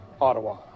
Ottawa